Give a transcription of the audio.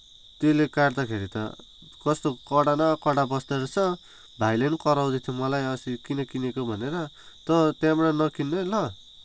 त्यसले काट्दाखेरि त कस्तो कडा न कडा बस्दो रहेछ भाइले पनि कराउँदै थियो मलाई अस्ति किन किनेको भनेर तँ त्यहाँबाट नकिन्नु है ल